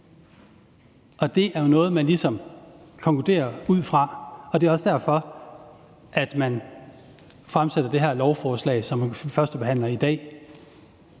Det er jo noget, man ligesom konkluderer ud fra, og det er også derfor, at vi fremsætter det her lovforslag, som førstebehandles i dag.